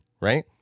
right